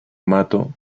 mato